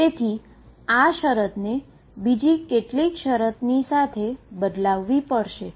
તેથી આ કન્ડીશનને બીજી કેટલીક કન્ડીશનને સાથે બદલવી પડશે